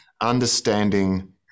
Understanding